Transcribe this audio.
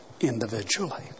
individually